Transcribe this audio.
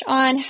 on